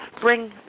bring